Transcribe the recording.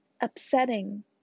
upsetting